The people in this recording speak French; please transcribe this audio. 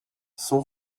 son